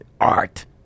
art